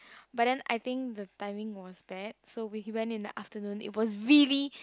but then I think the timing was bad so we went in the afternoon it was really